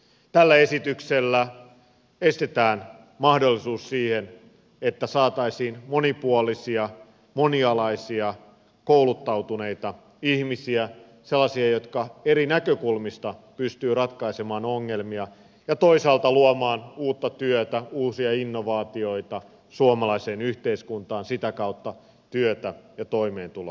tällä esityksellä estetään mahdollisuus siihen että saataisiin monipuolisia monialaisia kouluttautuneita ihmisiä sellaisia jotka eri näkökulmista pystyvät ratkaisemaan ongelmia ja toisaalta luomaan uutta työtä uusia innovaatioita suomalaiseen yhteiskuntaan sitä kautta työtä ja toimeentuloa